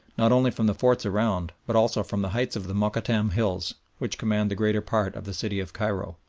not only from the forts around, but also from the heights of the mokattam hills, which command the greater part of the city of cairo.